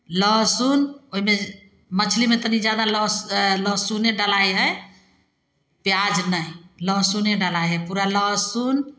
लहसुन ओहिमे मछलीमे तनि ज्यादा ल लहसुने डलाइ हइ प्यान नहि लहसुने डलाइ हइ पूरा लहसुन